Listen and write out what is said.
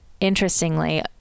interestingly